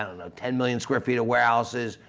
i don't know, ten million square feet of warehouses,